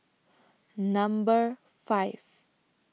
Number five